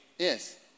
Yes